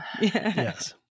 Yes